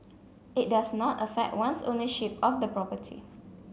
it does not affect one's ownership of the property